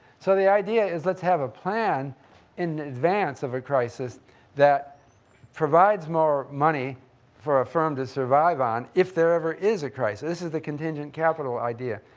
so the idea is let's have a plan in advance of a crisis that provides more money for a firm to survive on if there ever is a crisis. this is the contingent capital idea.